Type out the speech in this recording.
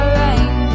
rain